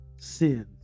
sins